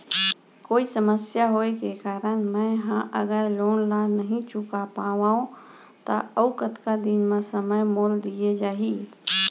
कोई समस्या होये के कारण मैं हा अगर लोन ला नही चुका पाहव त अऊ कतका दिन में समय मोल दीये जाही?